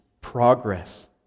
progress